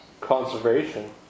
conservation